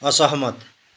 असहमत